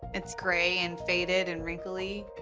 it's gray and faded and wrinkly.